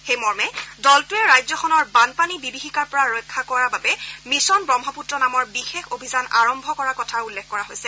সেই মৰ্মে দলটোৱে ৰাজ্যখনৰ বানপানী বিভীযিকাৰ পৰা ৰক্ষা কৰাৰ বাবে মিছন ব্ৰহ্মপত্ৰ নামৰ বিশেষ অভিযান আৰম্ভ কৰাৰ কথা উল্লেখ কৰা হৈছে